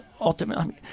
ultimately